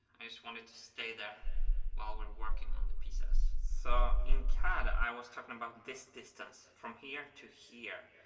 i just want it to stay there while we're working on the pieces. so in cad, i was talking about this distance, from here to here,